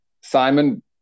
Simon